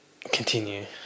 continue